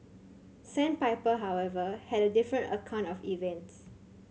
sandpiper however had a different account of events